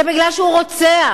זה בגלל שהוא רוצח.